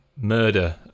murder